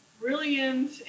brilliant